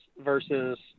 versus